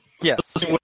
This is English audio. Yes